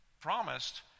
promised